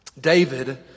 David